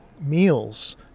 meals